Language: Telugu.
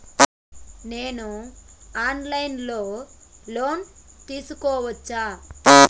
నేను ఆన్ లైన్ లో లోన్ తీసుకోవచ్చా?